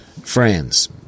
friends